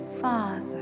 Father